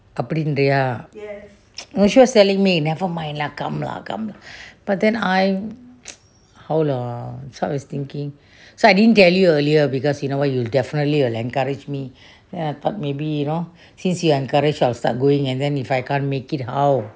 அப்டிங்கறியா:apdingariyaa she was telling me never mind lah come lah come lah but then I how lah so I was thinking so I didn't tell you earlier because you know what you will definitely encourage me and I thought maybe you know since you encourage me I will start going but then if I can't make it and then how